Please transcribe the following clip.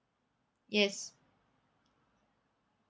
yes